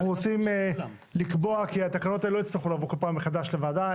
אנחנו רוצים לקבוע שהתקנות האלה לא יצטרכו לבוא בכל פעם מחדש לוועדה,